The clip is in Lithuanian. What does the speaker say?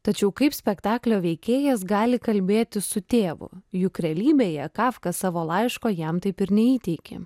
tačiau kaip spektaklio veikėjas gali kalbėti su tėvu juk realybėje kafka savo laiško jam taip ir neįteikė